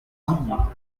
villiers